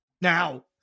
Now